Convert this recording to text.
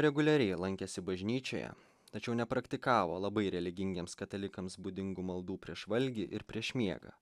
reguliariai lankėsi bažnyčioje tačiau nepraktikavo labai religingiems katalikams būdingų maldų prieš valgį ir prieš miegą